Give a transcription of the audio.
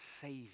Savior